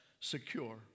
secure